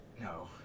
No